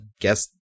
guess